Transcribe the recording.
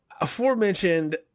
aforementioned